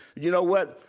you know what,